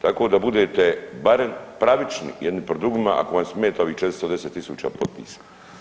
Tako da budete barem pravični jedni pred drugima ako vam smeta ovih 410.000 potpisa.